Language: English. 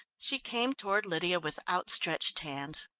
she came toward lydia with outstretched hands.